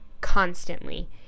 constantly